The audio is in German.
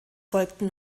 folgten